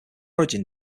origin